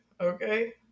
okay